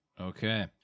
Okay